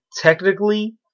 technically